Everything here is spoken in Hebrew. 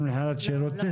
הן מבחינת שירותים.